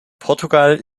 portugal